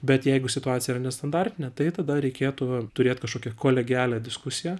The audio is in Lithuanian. bet jeigu situacija iyra nestandartinė tai tada reikėtų turėt kažkokią kolegialią diskusiją